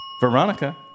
Veronica